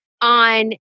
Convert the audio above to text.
on